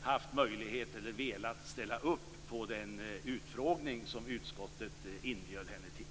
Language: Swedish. haft möjlighet att eller velat ställa upp på den utfrågning som utskottet inbjöd henne till.